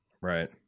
Right